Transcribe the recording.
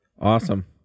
Awesome